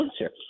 answer